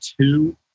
two